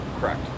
correct